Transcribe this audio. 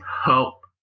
help